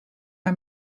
man